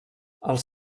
els